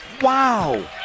Wow